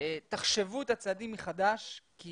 תחשבו את הצעדים מחדש כי